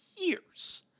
years